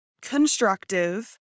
constructive